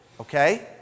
okay